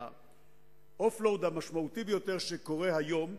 ה-offload המשמעותי ביותר שקורה היום,